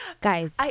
Guys